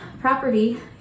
property